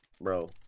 Bro